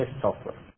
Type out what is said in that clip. software